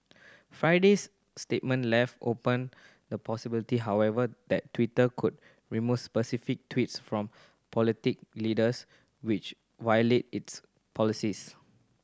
Friday's statement left open the possibility however that Twitter could remove specific tweets from political leaders which violate its policies